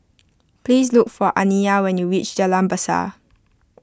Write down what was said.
please look for Aniya when you reach Jalan Besar